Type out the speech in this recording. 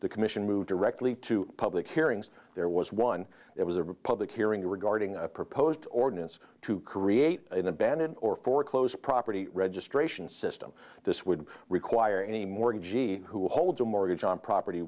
the commission moved directly to public hearings there was one there was a republic hearing regarding a proposed ordinance to create an abandoned or foreclosed property registration system this would require any mortgagee who holds a mortgage on property